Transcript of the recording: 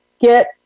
get